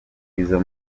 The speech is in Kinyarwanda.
izo